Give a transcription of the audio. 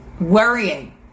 worrying